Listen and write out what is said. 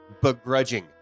begrudging